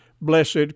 blessed